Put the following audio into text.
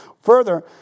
further